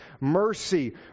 mercy